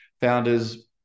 Founders